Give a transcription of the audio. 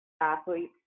athletes